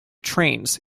trains